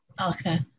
Okay